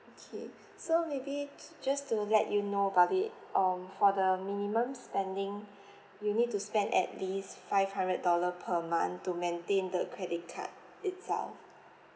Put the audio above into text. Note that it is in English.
okay so maybe just to let you know about it on for the minimum spending you need to spend at least five hundred dollar per month to maintain the credit card itself